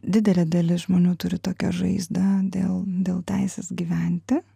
didelė dalis žmonių turi tokią žaizdą dėl dėl teisės gyventi